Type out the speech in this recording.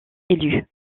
élu